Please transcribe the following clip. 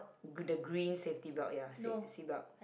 g~ the green safety belt ya sa~ seat belt